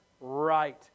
right